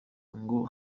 ngo